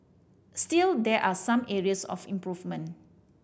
still there are some areas of improvement